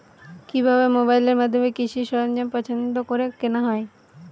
কিভাবে মোবাইলের মাধ্যমে কৃষি সরঞ্জাম পছন্দ করে কেনা হয়?